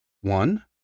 one